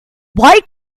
why